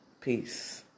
peace